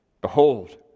Behold